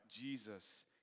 Jesus